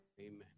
Amen